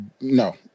No